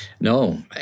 no